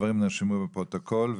הדברים נרשמו בפרוטוקול,